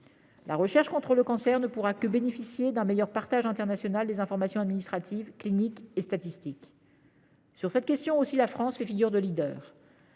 La recherche contre le cancer ne pourra que bénéficier d'un meilleur partage international des informations administratives, cliniques et statistiques. Sur cette question aussi, la France fait figure de leader.